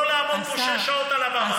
לא לעמוד פה שש שעות על הבמה ולתקוף.